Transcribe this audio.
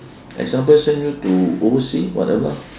example send you to oversea whatever